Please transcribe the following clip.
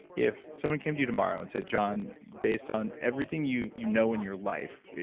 if someone came to you tomorrow and said, john, based on everything you you know in your life,